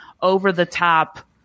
over-the-top